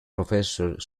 professor